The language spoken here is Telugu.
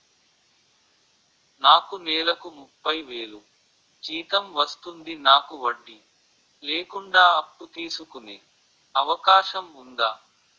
నాకు నేలకు ముప్పై వేలు జీతం వస్తుంది నాకు వడ్డీ లేకుండా అప్పు తీసుకునే అవకాశం ఉందా